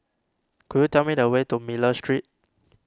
could you tell me the way to Miller Street